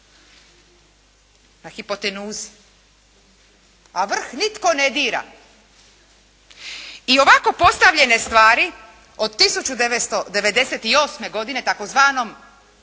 Na hipotenuzi. A vrh nitko ne dira. I ovako postavljene stvari od 1998. godine tzv.